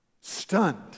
stunned